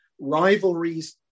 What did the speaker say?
rivalries